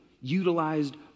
utilized